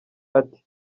ati